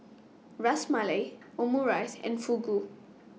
Ras Malai Omurice and Fugu